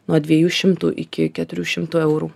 nuo dviejų šimtų iki keturių šimtų eurų